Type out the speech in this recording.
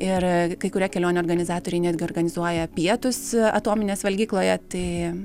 ir kai kurie kelionių organizatoriai netgi organizuoja pietus atominės valgykloje tai